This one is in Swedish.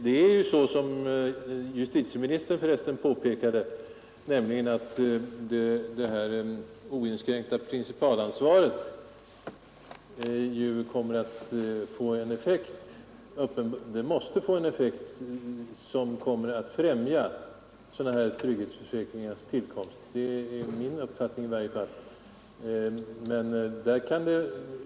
Det är ju så, som förresten justitieministern påpekade, att det oinskränkta principalansvaret måste få en effekt som väl kan antas komma att främja sådana här ansvarsförsäkringars tillkomst; det är i varje fall min uppfattning.